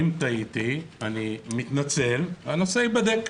קודם כל, אם טעיתי, אני מתנצל, והנושא ייבדק.